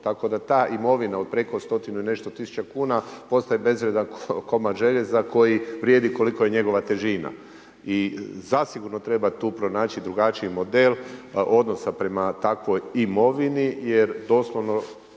Tako da ta imovina od preko stotinu i nešto tisuća kuna postaje bezvrijedan komad željeza koji vrijedi koliko je njegova težina. I zasigurno treba tu pronaći drugačiji model odnosa prema takvoj imovini jer doslovno